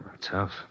tough